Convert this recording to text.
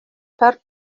per